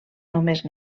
només